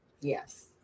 Yes